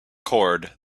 cord